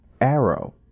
Arrow